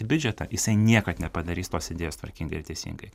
biudžetą jisai niekad nepadarys tos idėjos tvarkingai ir teisingai